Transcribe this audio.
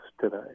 today